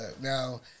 Now